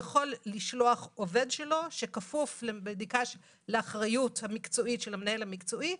יכול לשלוח עובד שלו שכפוף לאחריות המקצועית של המנהל המקצועי,